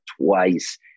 twice